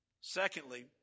Secondly